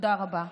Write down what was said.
תודה רבה.